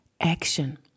action